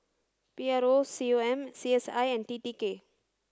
P R O C O M C S I and T T K